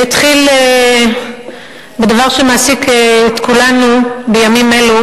אני אתחיל בדבר שמעסיק את כולנו בימים אלו,